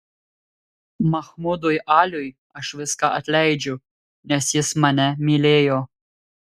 mahmudui aliui aš viską atleidžiu nes jis mane mylėjo